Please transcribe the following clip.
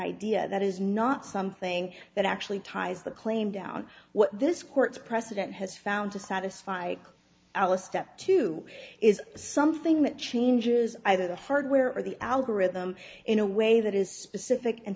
idea that is not something that actually ties the claim down what this court's precedent has found to satisfy alice step two is something that changes either the hardware or the algorithm in a way that is specific and